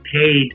paid